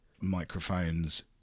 microphones